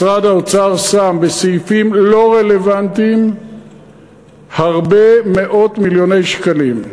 משרד האוצר שם בסעיפים לא רלוונטיים הרבה מאות מיליוני שקלים.